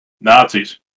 Nazis